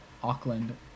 Auckland